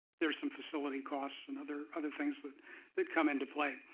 there are some facility costs and other other things that that come into play,